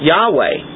Yahweh